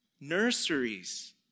Nurseries